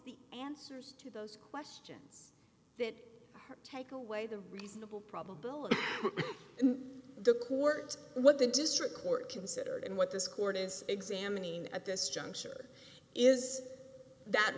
the answers to those questions that take away the reasonable probability in the court what the district court considered and what this court is examining at this juncture is that